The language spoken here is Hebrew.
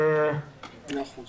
לא רואים